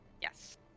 Yes